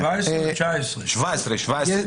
פה נוספה הסמכה